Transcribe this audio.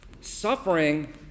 Suffering